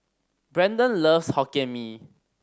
Brendon loves Hokkien Mee